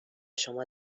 شما